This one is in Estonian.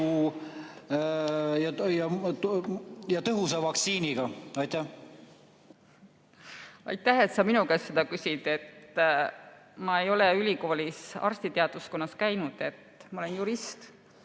ja tõhusa vaktsiiniga? Aitäh, et sa minu käest seda küsid! Ma ei ole ülikoolis arstiteaduskonnas käinud. Ma olen jurist.